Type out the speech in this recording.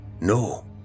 No